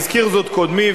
הזכיר זאת קודמי,